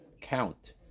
count